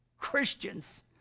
Christians